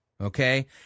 okay